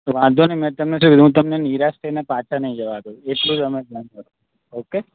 વાંધો નહીં મેં તમને શું કીધું હું તમને નિરાશ થઈને પાછા નહીં જવા દઉં એટલું તમે ઓકે